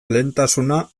lehentasuna